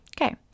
Okay